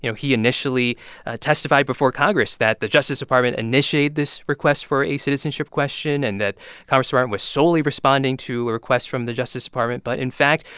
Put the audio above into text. you know he initially ah testified before congress that the justice department initiated this request for a citizenship question and that congress um was solely responding to a request from the justice department but in fact,